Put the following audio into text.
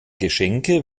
geschenke